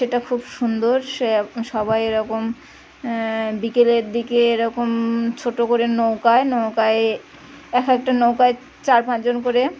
সেটা খুব সুন্দর সে সবাই এরকম বিকেলের দিকে এরকম ছোটো করে নৌকায় নৌকায় এক একটা নৌকায় চার পাঁচ জন করে